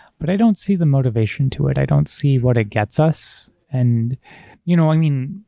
but i don't see the motivation to it. i don't see what it gets us. and you know i mean,